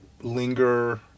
linger